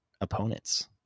opponents